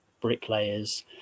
bricklayers